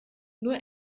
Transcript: nur